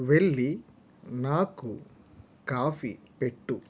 వెళ్లి నాకు కాఫీ పెట్టు